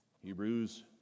Hebrews